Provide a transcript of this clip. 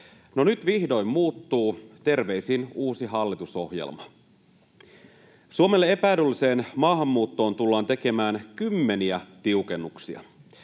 nyt vihdoin muuttuu, terveisin uusi hallitusohjelma. Suomelle epäedulliseen maahanmuuttoon tullaan tekemään kymmeniä tiukennuksia: